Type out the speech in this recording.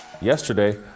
yesterday